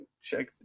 Check